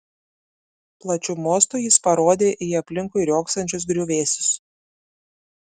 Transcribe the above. plačiu mostu jis parodė į aplinkui riogsančius griuvėsius